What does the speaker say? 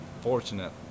fortunate